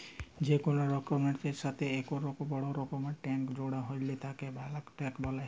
যে কোনো রোডের এর সাথেই একটো বড় রকমকার ট্যাংক জোড়া হইলে তাকে বালক ট্যাঁক বলে